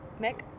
Mick